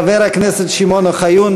חבר הכנסת שמעון אוחיון,